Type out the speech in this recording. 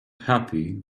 happy